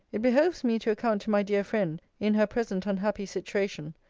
it behoves me to account to my dear friend, in her present unhappy situation,